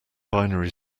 binary